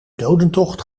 dodentocht